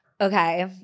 Okay